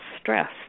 stress